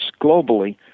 globally